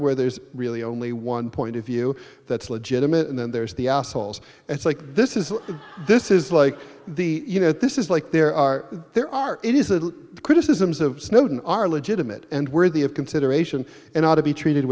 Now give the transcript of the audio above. where there's really only one point of view that's legitimate and then there's the assholes it's like this is this is like the you know this is like there are there are it is the criticisms of snowden are legitimate and worthy of consideration and ought to be treated